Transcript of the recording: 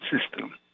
system